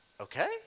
okay